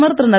பிரதமர் திரு